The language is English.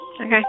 Okay